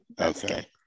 Okay